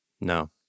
No